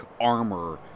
armor